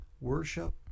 worship